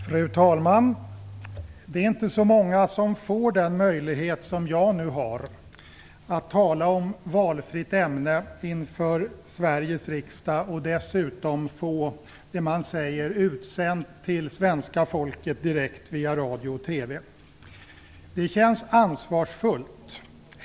Fru talman! Det är inte så många som får den möjlighet som jag nu har, att tala om valfritt ämne inför Sveriges riksdag och dessutom få det man säger utsänt till svenska folket direkt via radio och TV. Det känns ansvarsfullt.